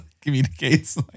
communicates